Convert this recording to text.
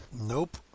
Nope